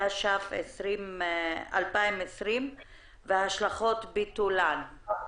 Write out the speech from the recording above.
התש"ף-2020 והשלכות ביטולן.